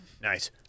Nice